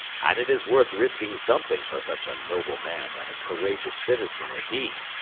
and it is worth risking something for such a noble man and courageous citizen as he.